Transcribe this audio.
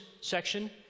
section